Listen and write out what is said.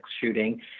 shooting